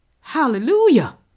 Hallelujah